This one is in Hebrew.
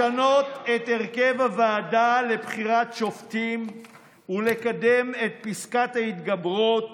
לשנות את הרכב הוועדה לבחירת שופטים ולקדם את פסקת ההתגברות